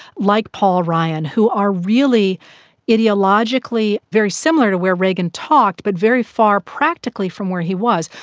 like paul ryan, who are really ideologically very similar to where reagan talked but very far practically from where he was.